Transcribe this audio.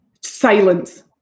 Silence